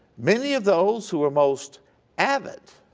many of those who were most avid